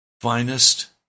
finest